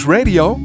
Radio